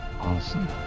Awesome